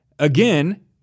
Again